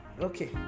Okay